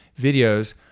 videos